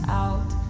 out